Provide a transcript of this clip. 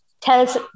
tells